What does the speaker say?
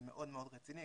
זה מאוד מאוד רציני,